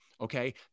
Okay